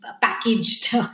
packaged